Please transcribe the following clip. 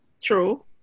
true